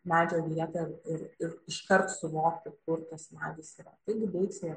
medžio vietą ir ir iškart suvokti kur tas medis yra taigi deiksė